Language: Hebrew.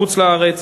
בחוץ-לארץ,